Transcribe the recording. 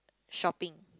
shopping